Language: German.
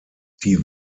die